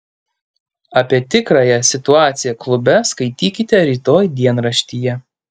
apie tikrąją situaciją klube skaitykite rytoj dienraštyje